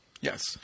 Yes